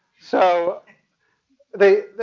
so they,